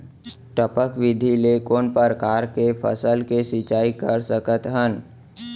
टपक विधि ले कोन परकार के फसल के सिंचाई कर सकत हन?